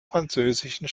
französischen